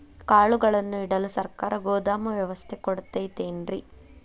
ಕಾಳುಗಳನ್ನುಇಡಲು ಸರಕಾರ ಗೋದಾಮು ವ್ಯವಸ್ಥೆ ಕೊಡತೈತೇನ್ರಿ?